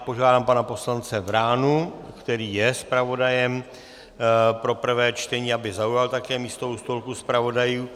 Požádám pana poslance Vránu, který je zpravodajem pro prvé čtení, aby také zaujal místo u stolku zpravodajů.